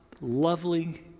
lovely